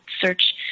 search